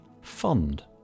fund